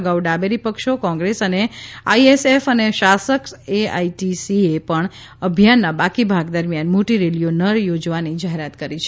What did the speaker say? અગાઉ ડાબેરી પક્ષો કોંગ્રેસ અને આઈએસએફ અને શાસક એઆઈટીસીએ પણ અભિયાનના બાકી ભાગ દરમિયાન મોટી રેલીઓ ન યોજવાની જાહેરાત કરી હતી